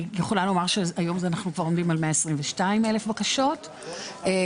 אני יכולה לומר שהיום אנחנו כבר עומדים על 122,000 בקשות לסבסוד.